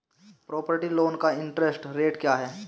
Property loan का interest rate क्या है?